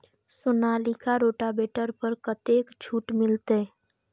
Sonalika rotavator पर कतेक छूट मिलते?